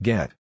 Get